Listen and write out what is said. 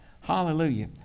Hallelujah